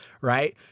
right